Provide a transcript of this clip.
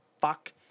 fuck